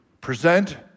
present